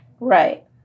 Right